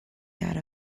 out